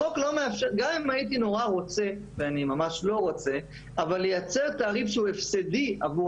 גם אם הייתי נורא רוצה - ואני ממש לא רוצה - לייצר תעריף הפסדי עבור